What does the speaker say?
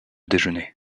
déjeuner